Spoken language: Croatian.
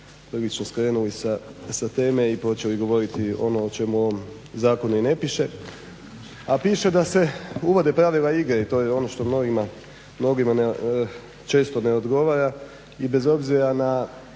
prilično skrenuli sa teme i počeli govoriti ono o čemu u ovom zakonu i ne piše. A piše da se uvode pravila igre i to je ono što mnogima često ne odgovara i bez obzira na,